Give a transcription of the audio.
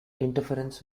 interference